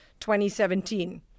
2017